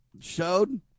showed